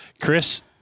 Chris